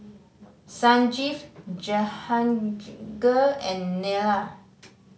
Sanjeev Jehangirr and Neila